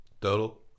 total